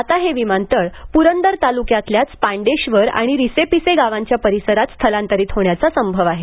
आता हे विमानतळ पुरंदर तालुक्यातल्याच पांडेश्वर आणि रिसे पिसे गावांच्या परिसरात स्थलांतरित होण्याचा संभव आहे